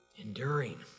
enduring